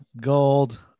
gold